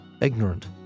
ignorant